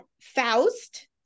Faust